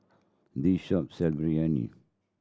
this shop sell Biryani